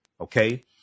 okay